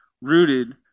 rooted